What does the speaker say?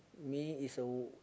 me is a